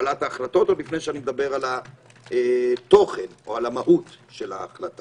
קבלת ההחלטות עוד לפני שאני מדבר על התוכן או על המהות של ההחלטה.